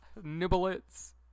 nibblets